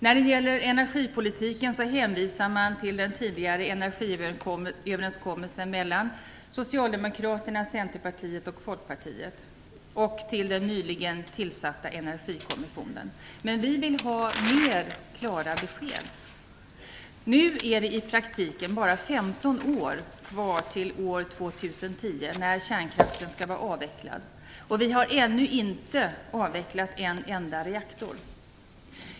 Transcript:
När det gäller energipolitiken hänvisar man till den tidigare energiöverenskommelsen mellan Socialdemokraterna, Centerpartiet och Folkpartiet och till den nyligen tillsatta Energikommissionen. Men vi vill ha klarare besked. Nu är det i praktiken bara 15 år kvar till år 2010 när kärnkraften skall vara avvecklad. Vi har ännu inte avvecklat en enda reaktor.